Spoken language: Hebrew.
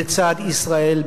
לצד ישראל,